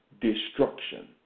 destruction